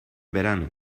verano